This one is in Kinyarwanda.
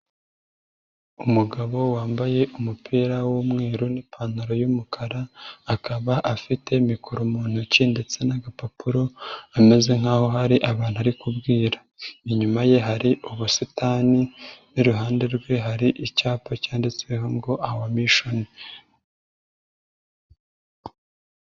Umugabo wambaye umupira w'umweru n'ipantaro y'umukara akaba afite mikoro mu ntoki ndetse n'agapapuro ameze nk'aho hari abantu ari kubwira, inyuma ye hari ubusitani n'iruhande rwe hari icyapa cyanditseho ngo aho mishoni.